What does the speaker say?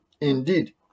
indeed